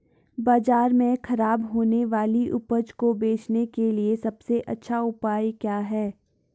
बाजार में खराब होने वाली उपज को बेचने के लिए सबसे अच्छा उपाय क्या हैं?